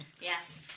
Yes